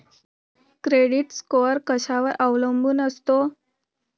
Credit score कशावर अवलंबून असतो?